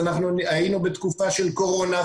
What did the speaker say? השר לבטחון הפנים קיבל את מלוא התשתית העובדתית,